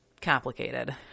complicated